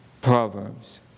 Proverbs